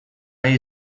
nahi